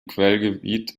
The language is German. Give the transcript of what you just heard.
quellgebiet